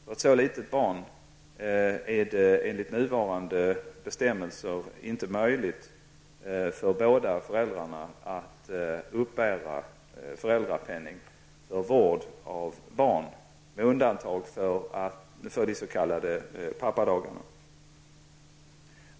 För ett så litet barn är det enligt nuvarande bestämmelser inte möjligt för båda föräldrarna att uppbära föräldrapenning för vård av barn med undantag för de s.k. pappadagarna.